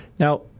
Now